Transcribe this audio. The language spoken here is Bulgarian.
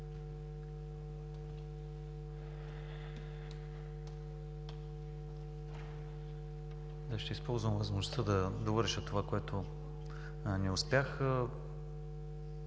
Ще използвам възможността да довърша това, което не успях.